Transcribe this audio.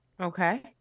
Okay